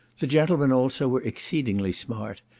the gentlemen also were exceedingly smart,